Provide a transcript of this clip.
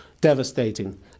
devastating